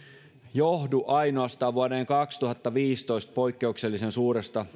johdu ainoastaan vuoden kaksituhattaviisitoista poikkeuksellisen suuresta